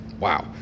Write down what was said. wow